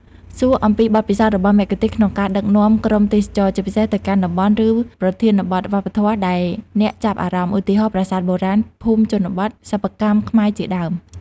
សួរអំពី បទពិសោធន៍ របស់មគ្គុទ្ទេសក៍ក្នុងការដឹកនាំក្រុមទេសចរ ជាពិសេសទៅកាន់តំបន់ ឬប្រធានបទវប្បធម៌ដែលអ្នកចាប់អារម្មណ៍ ឧទាហរណ៍ ប្រាសាទបុរាណ ភូមិជនបទ សិប្បកម្មខ្មែរជាដើម។